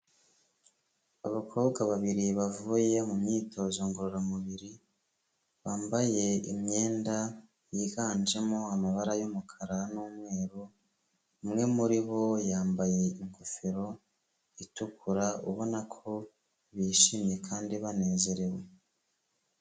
Abakobwa babiri bavuye mu myitozo ngororamubiri, bambaye imyenda yiganjemo amabara y'umukara n'umweru, umwe muri bo yambaye ingofero itukura, ubona ko bishimye kandi banezerewe.